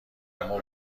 اما